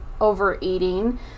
overeating